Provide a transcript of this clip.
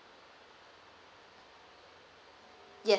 ya